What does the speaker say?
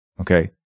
Okay